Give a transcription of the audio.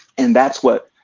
and that's what,